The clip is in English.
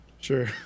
Sure